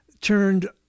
turned